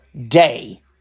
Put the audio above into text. day